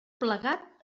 plegat